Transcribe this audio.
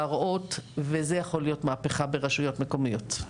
וזו יכולה להיות מהפכה ברשויות מקומיות.